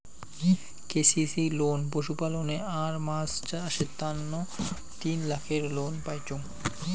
KCC loan পশুপালনে আর মাছ চাষের তন্ন তিন লাখের লোন পাইচুঙ